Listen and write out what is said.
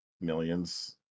Millions